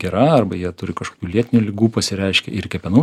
gera arba jie turi kažkokių lėtinių ligų pasireiškia ir kepenų